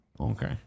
Okay